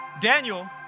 Daniel